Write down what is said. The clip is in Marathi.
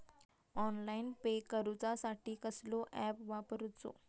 ऑनलाइन पे करूचा साठी कसलो ऍप वापरूचो?